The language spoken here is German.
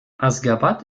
aşgabat